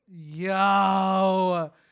Yo